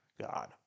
God